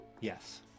Yes